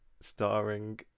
starring